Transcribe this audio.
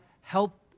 help